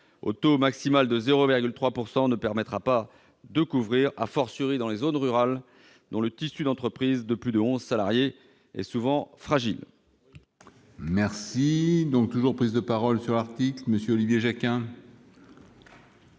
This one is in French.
au taux maximal de 0,3 % ne permettra pas de couvrir, dans les zones rurales, où le tissu d'entreprises de plus de onze salariés est souvent fragile.